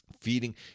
feeding